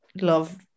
love